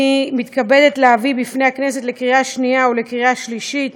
אני מתכבדת להביא בפני הכנסת לקריאה שנייה ולקריאה שלישית